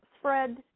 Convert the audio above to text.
spread